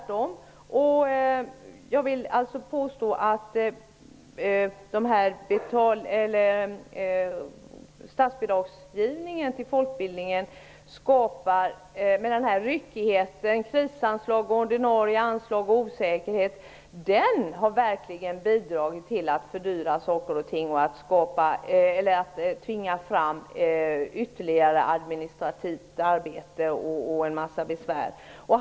Jag vill alltså påstå att statsbidragsgivningen till folkbildningen med den ryckighet den har -- krisanslag, ordinarie anslag och osäkerhet -- verkligen har bidragit till att fördyra saker och ting och till att tvinga fram ytterligare administrativt arbete och en massa besvär.